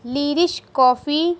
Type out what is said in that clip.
لیرش کافی